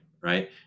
right